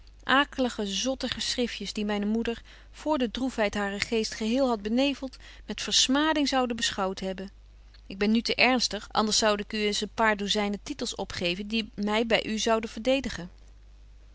akelige zotte geschriftjes die myne moeder vr de droefheid haren geest geheel hadt benevelt met versmading zoude beschouwt hebben ik ben nu te ernstig anders zoude ik u eens een paar douzynen titels opgeven die my by u zouden verdedigen